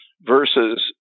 versus